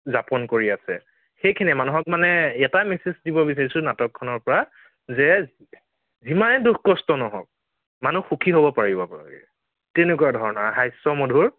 যাপন কৰি আছে সেইখিনিয়েই মানুহক মানে এটাই মেছেজ দিব বিচাৰিছোঁ নাটকখনৰ পৰা যে যিমানেই দুখ কষ্ট নহওক মানুহ সুখী হ'ব পাৰিব আপোনালোকে তেনেকুৱা ধৰণৰ হাস্য় মধুৰ